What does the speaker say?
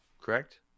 correct